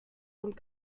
und